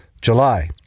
July